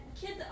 kids